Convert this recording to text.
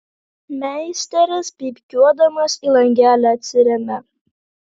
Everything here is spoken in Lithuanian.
meisteris pypkiuodamas į langelį atsiremia